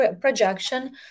projection